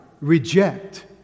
reject